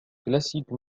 classique